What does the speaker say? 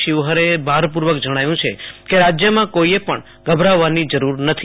શિવહરેએ ભારપુ ર્વક જણાવ્યુ છે કે રાજયમાં કોઈએ પણ ગભરાવવાની જરૂર નથી